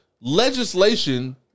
legislation